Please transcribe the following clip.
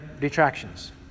detractions